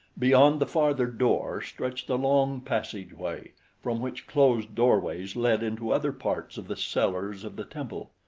beyond the farther door stretched a long passageway from which closed doorways led into other parts of the cellars of the temple.